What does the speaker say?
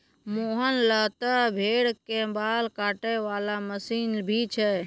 मोहन लॅ त भेड़ के बाल काटै वाला मशीन भी छै